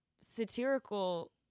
satirical